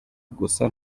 gusa